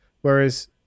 whereas